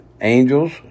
angels